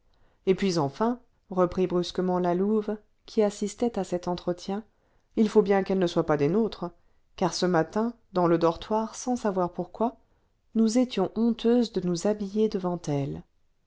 et puis enfin reprit brusquement la louve qui assistait à cet entretien il faut bien qu'elle ne soit pas des nôtres car ce matin dans le dortoir sans savoir pourquoi nous étions honteuses de nous habiller devant elle